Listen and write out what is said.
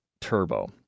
turbo